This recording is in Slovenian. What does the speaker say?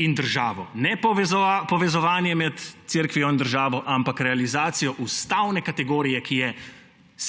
in državo, ne povezovanja med cerkvijo in državo, ampak realizacijo ustavne kategorije, ki je